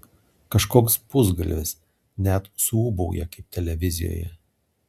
kažkoks pusgalvis net suūbauja kaip televizijoje